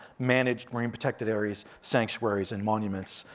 managed marine protected areas, sanctuaries, and monuments,